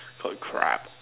oh crap